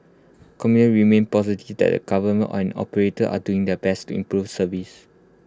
commute remained positive that the government and operators are doing their best to improve service